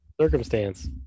circumstance